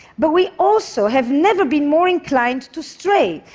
but we also have never been more inclined to stray,